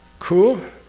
cool?